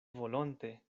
volonte